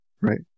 right